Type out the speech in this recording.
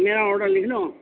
میرا آڈر لکھ لو